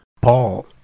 paul